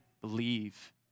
believe